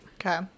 Okay